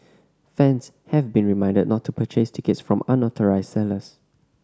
fans have been reminded not to purchase tickets from unauthorised sellers